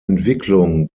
entwicklung